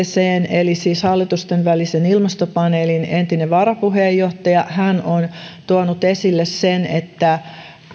eli siis hallitusten välisen ilmastopaneelin entinen varapuheenjohtaja on tuonut esille sen että